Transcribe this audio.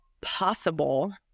possible